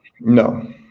No